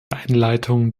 einleitung